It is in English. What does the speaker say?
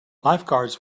lifeguards